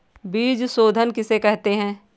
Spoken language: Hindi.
बीज शोधन किसे कहते हैं?